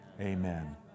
Amen